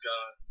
God